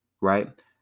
right